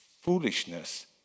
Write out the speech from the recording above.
foolishness